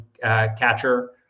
catcher